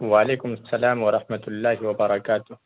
وعلیکم السلام ورحمۃ اللہ وبرکاتہ